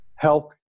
health